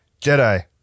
Jedi